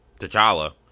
T'Challa